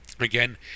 Again